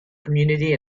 community